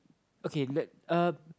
okay let uh